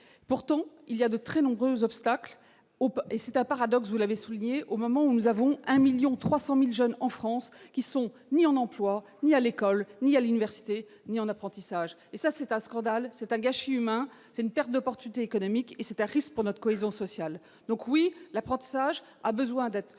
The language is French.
pourtant il y a de très nombreux obstacles hop et c'est un paradoxe, vous l'avez souligné au moment où nous avons un 1000000 300 1000 jeunes en France qui sont ni en emploi ni à l'école ni à l'université, ni en apprentissage, et ça c'est un scandale, c'est un gâchis humain, c'est une perte d'opportunités économiques et c'est un risque pour notre cohésion sociale, donc oui l'apprentissage a besoin d'être